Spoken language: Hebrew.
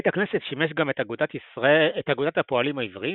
בית הכנסת שימש גם את אגודת הפועלים העבריים